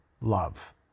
love